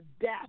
death